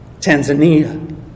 Tanzania